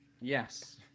Yes